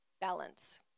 balance